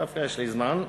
דווקא יש לי זמן,